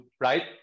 right